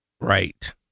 Right